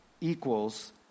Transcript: equals